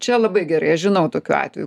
čia labai gerai aš žinau tokių atvejų